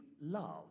love